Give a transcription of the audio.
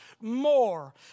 more